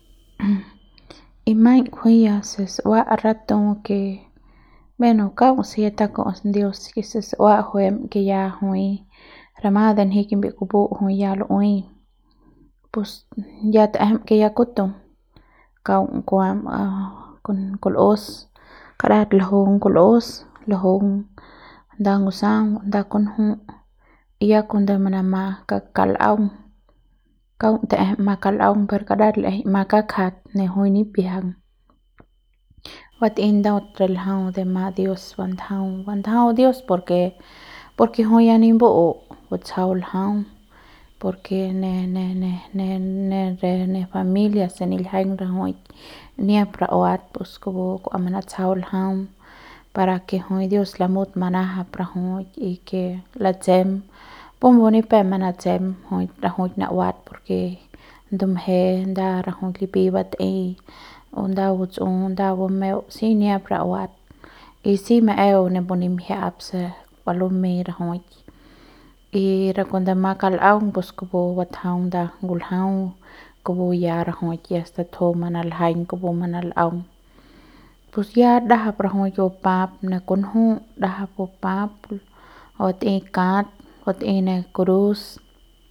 y maiñ kujui si sua ratu ke bueno kaung se ya tuku'us dios si si su'ua juem ke ya jui rama de nji kimbiep kupu jui ya lu'ui pus ya ta'ejem ke ya kutu kaung kuam a kul'us karat ljung kul'us ljung nda ngusaung nda kunju ya cuando manama ka kal'aung kaung ta'ejem ma kal'aung pero karat l'ejei ma kakjat ne jui nimbiajang batei ndu'aut re ljau de ma dios bandajau bandajau por ke, por ke jui ya ni ba'u batsjau ljau por ke ne ne ne ne re familia se niljiaiñ rajuik niat ra'uat pus kupu kua manatsjau ljau para ke jui dios lamut manajap rajuik y ke latsep pumbu ni pe manatsep jui rajuik ra'uat por ke ndumje nda rajuik ripi batei o nda batsu o nda bumeu si niat ra'uat y si maeu napu nimjia'ap se kua lumei rajuik y re cuando ma kal'aung pus kupu batjaung nda ngul'au kupu rajuik ya statjum manaljaiñ kupu manal'aung pus ya ndajap rajuik bupap ne kunju ndajap bupap batei kat batei ne cruz.